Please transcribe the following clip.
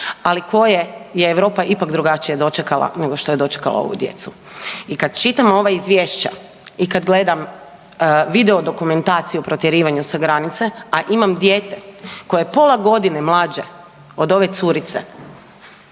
ali koje je Europa ipak drugačije dočekala nego što je dočekala ovu djecu. I kad čitam ova izvješća i kad gledam video dokumentaciju o protjerivanju sa granice, a imam dijete koja je pola godine mlađe od ove curice,